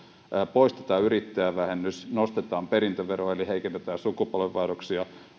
poistetaan yrittäjävähennys nostetaan perintöveroa eli heikennetään sukupolvenvaihdoksia